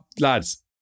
Lads